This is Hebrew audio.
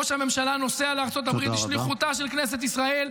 ראש הממשלה נוסע לארצות הברית בשליחותה של כנסת ישראל,